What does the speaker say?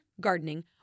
gardening